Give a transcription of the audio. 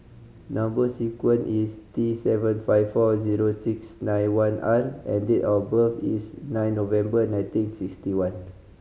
number sequence is T seven five four zero six nine one R and date of birth is nine November nineteen sixty one